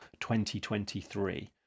2023